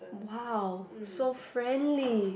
!wow! so friendly